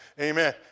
Amen